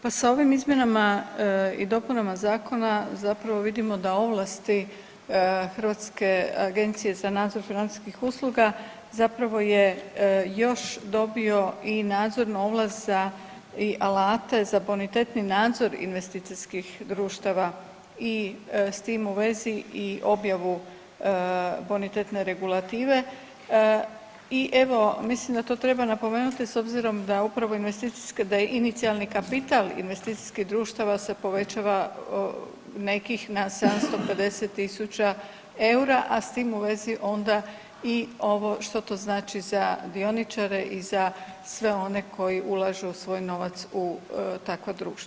Pa, sa ovim Izmjenama i dopunama zakona zapravo vidimo da ovlasti Hrvatske agencije za nadzor financijskih usluga zapravo je još dobio i nadzornu ovlast za i alate za bonitetni nadzor investicijskih društava i s tim u vezi i objavu bonitetne regulative i evo, mislim da to treba napomenuti, s obzirom da upravo investicijske, da je inicijalni kapital investicijskih društava se povećava nekih na 750 tisuća eura, a s tim u vezi onda i ovo što to znači za dioničare i za sve one koji ulažu svoj novac u takva društva.